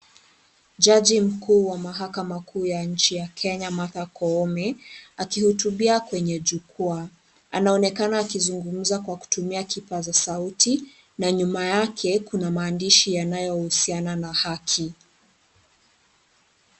Jaji mkuu wa mahakama kuu ya nchi ya Kenya Martha Koome akihutubia kwenye jukwaa. Anaonekana akizugumza kwa kipasa sauti na nyuma yake kuna maandishi yanayohusiana na haki.